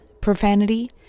profanity